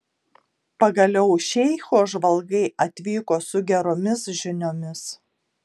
pagaliau šeicho žvalgai atvyko su geromis žiniomis